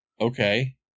okay